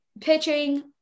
pitching